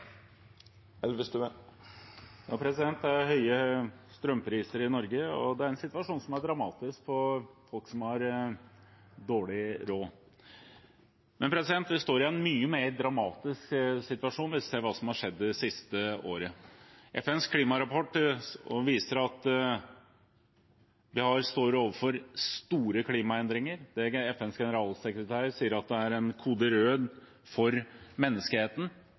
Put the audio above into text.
dramatisk for folk som har dårlig råd. Men vi står i en mye mer dramatisk situasjon hvis vi ser hva som har skjedd det siste året. FNs klimarapport viser at vi står overfor store klimaendringer. FNs generalsekretær sier at det er kode rød for menneskeheten.